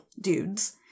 dudes